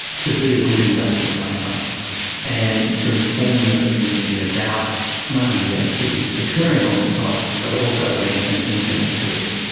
to be a good industrial neighbour and to inform the community about not only the activities that are occurring on the site, but also when an incident occurs.